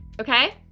Okay